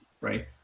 right